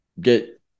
get